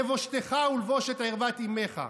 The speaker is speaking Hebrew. לבושתך ולבושת ערוות אימך.